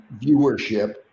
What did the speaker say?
viewership